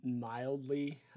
mildly